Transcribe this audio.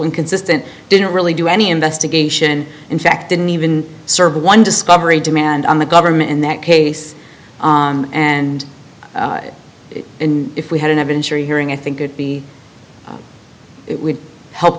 inconsistent didn't really do any investigation in fact didn't even serve one discovery demand on the government in that case and if we had an adventure hearing i think could be it would help